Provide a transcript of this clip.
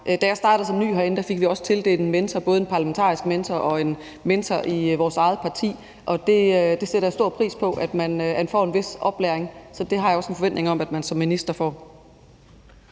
Da jeg startede som ny herinde, fik jeg også tildelt en mentor, både en parlamentarisk mentor og en mentor i vores eget parti, og det sætter jeg stor pris på, altså at man får en vis oplæring. Så det har jeg også en forventning om at man som minister får.